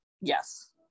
Yes